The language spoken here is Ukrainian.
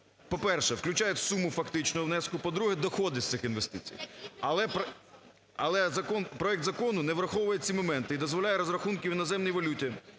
по-перше, включають суму фактичного внеску, по-друге, доходи з цих інвестицій. Але проект закону не враховує ці моменти і дозволяє розрахунки в іноземній валюті